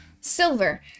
silver